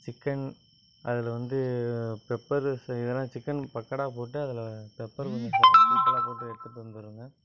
chicken அதில் வந்து pepper செய்யறனா சிக்கன் பக்கடா போட்டு அதில் பெப்பர் கொஞ்சம் தூக்கலாக போட்டு எடுத்துட்டு வந்துடுங்க